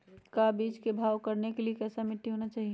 का बीज को भाव करने के लिए कैसा मिट्टी होना चाहिए?